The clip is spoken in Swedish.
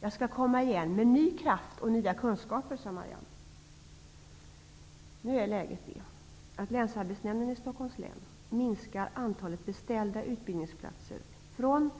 Jag skall komma igen med ny kraft och nya kunskaper, sade Marianne. Nu är läget det att Länsarbetsnämnden i Stockholms län minskar antalet beställda utbildningsplatser från